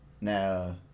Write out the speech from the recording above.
Now